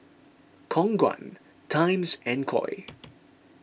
Khong Guan Times and Koi